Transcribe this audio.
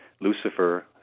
Lucifer